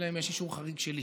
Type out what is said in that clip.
אלא אם כן יש אישור חריג שלי.